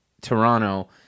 Toronto